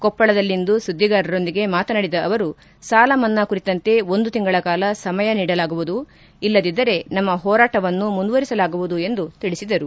ಕೊಪ್ಪಳದಲ್ಲಿಂದು ಸುದ್ಗಿಗಾರರೊಂದಿಗೆ ಮಾತನಾಡಿದ ಅವರು ಸಾಲ ಮನ್ನಾ ಕುರಿತಂತೆ ಒಂದು ತಿಂಗಳ ಕಾಲ ಸಮಯ ನೀಡಲಾಗುವುದು ಇಲ್ಲದಿದ್ದರೆ ನಮ್ಮ ಹೋರಾಟವನ್ನು ನಿರಂತರವಾಗಿ ಮುಂದುವರಿಸಲಾಗುವುದು ಎಂದು ತಿಳಿಸಿದರು